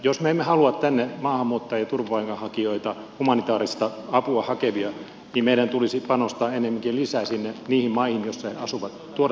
jos me emme halua tänne maahanmuuttajia turvapaikanhakijoita humanitaarista apua hakevia niin meidän tulisi panostaa ennemminkin lisää niihin maihin joissa he asuvat tuoda sinne sitä apua